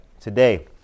Today